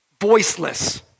Voiceless